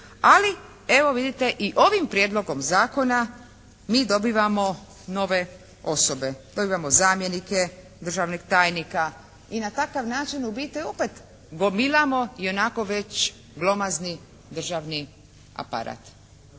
Ali evo vidite i ovim prijedlogom zakona mi dobivamo nove osobe. Dobivamo zamjenike državnih tajnika i na takav način u biti opet gomilamo i onako već glomazni državni aparat.